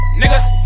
niggas